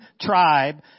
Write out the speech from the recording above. tribe